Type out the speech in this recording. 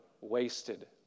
wasted